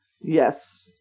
Yes